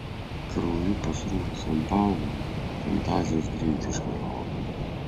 krauju pasruvusiam paaugliui fantazijos greit išgaravo